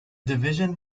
division